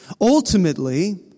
Ultimately